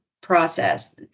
process